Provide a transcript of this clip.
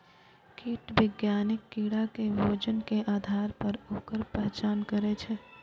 कीट विज्ञानी कीड़ा के भोजन के आधार पर ओकर पहचान करै छै